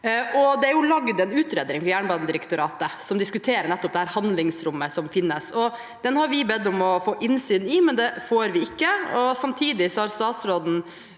Det er jo laget en utredning ved Jernbanedirektoratet som diskuterer nettopp dette handlingsrommet som finnes. Den har vi bedt om å få innsyn i, men det får vi ikke. Samtidig har statsråden